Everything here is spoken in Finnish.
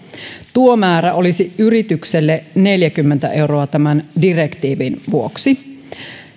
tuo määrä olisi yritykselle neljäkymmentä euroa tämän direktiivin vuoksi